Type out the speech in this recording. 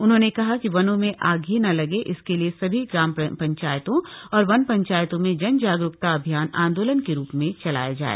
उन्होंने कहा कि वनों में आग ही न लगे इसके लिए सभी ग्राम पंचायतों और वन पंचायतों में जनजागरूकता अभियान आंदोलन के रूप में चलाया जाए